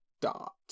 dot